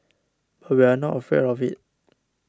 but we are not afraid of it